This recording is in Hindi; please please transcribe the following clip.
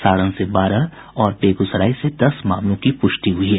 सारण से बारह और बेगूसराय से दस मामलों की प्रष्टि हुई है